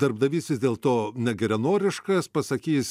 darbdavys vis dėlto negeranoriškas pasakys